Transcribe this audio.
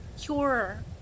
cure